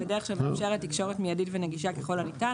"בדרך שמאפשרת תקשורת מידית ונגישה ככל הניתן,